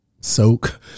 soak